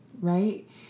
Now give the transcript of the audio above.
right